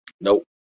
Nope